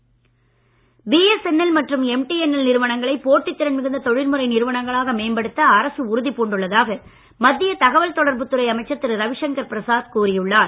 BSNL BSNL மற்றும் MTNL நிறுவனங்களை போட்டித் திறன் மிகுந்த தொழில்முறை நிறுவனங்களாக மேம்படுத்த அரசு உறுதி பூண்டுள்ளதாக மத்திய தகவல் தொடர்புத் துறை அமைச்சர் திரு ரவிசங்கர் பிரசாத் கூறி உள்ளார்